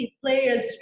players